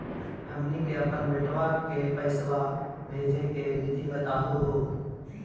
हमनी के अपन बेटवा क पैसवा भेजै के विधि बताहु हो?